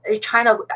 China